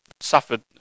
suffered